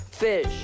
Fish